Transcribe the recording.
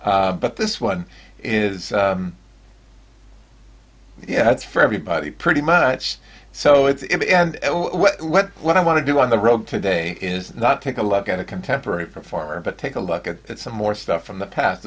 but this one is yeah that's for everybody pretty much so it's what what i want to do on the road today is not take a look at a contemporary performer but take a look at some more stuff from the past